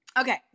Okay